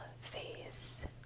Face